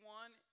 one